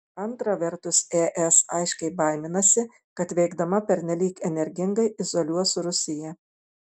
antra vertus es aiškiai baiminasi kad veikdama pernelyg energingai izoliuos rusiją